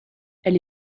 elle